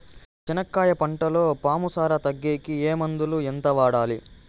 చెనక్కాయ పంటలో పాము సార తగ్గేకి ఏ మందులు? ఎంత వాడాలి?